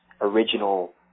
original